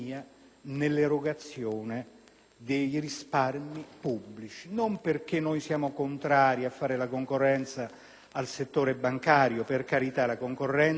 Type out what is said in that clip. dei risparmi pubblici. Noi non siamo contrari a fare la concorrenza al settore bancario, per carità, perché la concorrenza è sempre amica